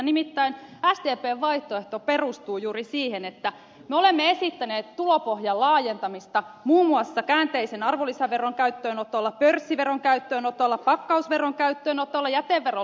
nimittäin sdpn vaihtoehto perustuu juuri siihen että me olemme esittäneet tulopohjan laajentamista muun muassa käänteisen arvonlisäveron käyttöönotolla pörssiveron käyttöönotolla pakkausveron käyttöönotolla jäteveron laajentamisella ja windfall verolla